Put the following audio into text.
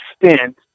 extent